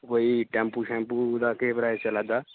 कोई tempo shampoo दा केह् प्राइज़ चलै दा